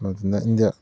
ꯃꯗꯨꯅ ꯏꯟꯗꯤꯌꯥ